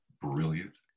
brilliant